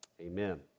Amen